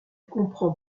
comprend